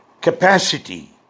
capacity